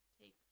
Take